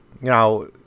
Now